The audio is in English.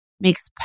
makes